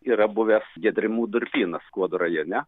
yra buvęs gedrimų durpynas skuodo rajone